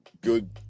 good